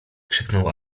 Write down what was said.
krzyknął